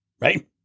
right